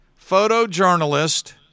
photojournalist